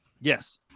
Yes